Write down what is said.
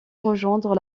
rejoindre